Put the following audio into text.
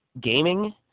gaming